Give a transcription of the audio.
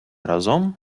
разом